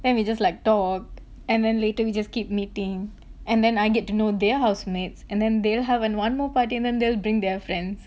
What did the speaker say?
then we just like talk and then later we just keep meeting and then I get to know their housemates and then they'll have one more party and then they'll bring their friends